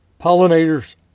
Pollinators